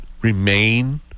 remain